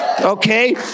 Okay